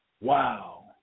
wow